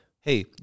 Hey